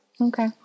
Okay